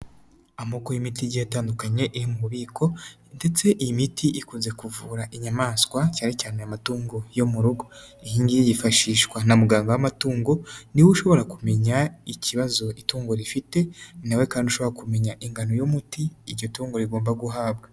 Amoko y'imiti igiye itandukanye iri mu bubiko ndetse iyi miti ikunze kuvura inyamaswa cyane cyane amatungo yo mu rugo, iyi nyiyi yifashishwa na muganga w'amatungo ni we ushobora kumenya ikibazo itungo rifite, ni na we kandi ushobora kumenya ingano y'umuti iryo tungo rigomba guhabwa.